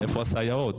איפה הסייעות?